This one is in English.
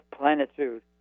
plenitude